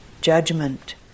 judgment